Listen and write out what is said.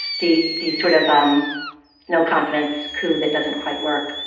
the the sort of um no confidence coup that doesn't quite work.